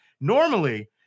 Normally